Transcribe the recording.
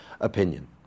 opinion